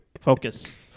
Focus